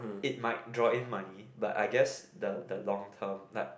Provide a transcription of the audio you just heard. it might draw in money but I guess the the long term